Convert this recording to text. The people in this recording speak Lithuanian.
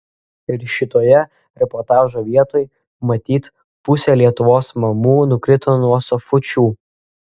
ir šitoje reportažo vietoj matyt pusė lietuvos mamų nukrito nuo sofučių